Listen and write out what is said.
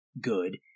good